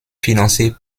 financé